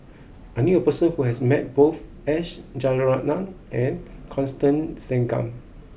I knew a person who has met both S Rajaratnam and Constance Singam